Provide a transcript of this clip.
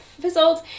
fizzled